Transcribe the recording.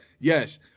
yes